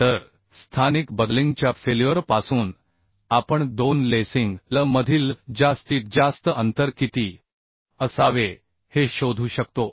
तर स्थानिक बकलिंगच्या फेल्युअर पासून आपण दोन लेसिंग l मधील जास्तीत जास्त अंतर कितीअसावे हे शोधू शकतो